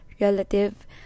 relative